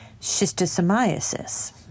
schistosomiasis